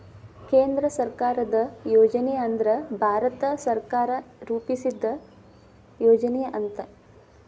ಕೇಂದ್ರ ಸರ್ಕಾರದ್ ಯೋಜನೆ ಅಂದ್ರ ಭಾರತ ಸರ್ಕಾರ ರೂಪಿಸಿದ್ ಯೋಜನೆ ಅಂತ